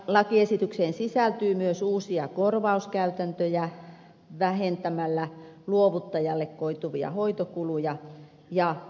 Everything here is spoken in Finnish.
lakiesitykseen sisältyy myös uusia korvauskäytäntöjä vähentämällä luovuttajalle koituvia hoitokuluja ja ansionmenetyksiä